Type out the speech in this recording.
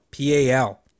PAL